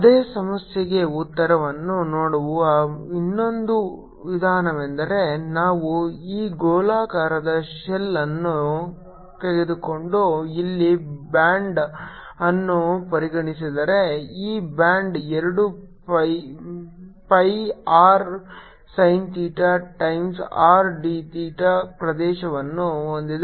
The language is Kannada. ಅದೇ ಸಮಸ್ಯೆಗೆ ಉತ್ತರವನ್ನು ನೋಡುವ ಇನ್ನೊಂದು ವಿಧಾನವೆಂದರೆ ನಾನು ಈ ಗೋಳಾಕಾರದ ಶೆಲ್ ಅನ್ನು ತೆಗೆದುಕೊಂಡು ಇಲ್ಲಿ ಬ್ಯಾಂಡ್ ಅನ್ನು ಪರಿಗಣಿಸಿದರೆ ಈ ಬ್ಯಾಂಡ್ ಎರಡು pi R sin theta times R d theta ಪ್ರದೇಶವನ್ನು ಹೊಂದಿದೆ